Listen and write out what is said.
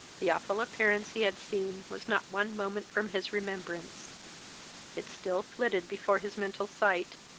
the awful appearance he had seen was not one moment from his remembrance it still flitted before his mental sight,